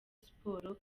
siporo